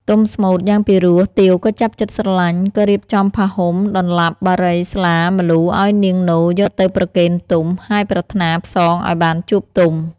ទុំស្មូត្រយ៉ាងពិរោះទាវក៏ចាប់ចិត្តស្រឡាញ់ ក៏រៀបចំផាហ៊ុម ដន្លាប់ បារី ស្លា ម្លូឲ្យនាងនោយកទៅប្រគេនទុំ ហើយប្រាថ្នាផ្សងឲ្យបានជួបទុំ។